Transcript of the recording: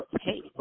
hey